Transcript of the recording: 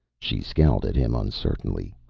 she scowled at him uncertainly.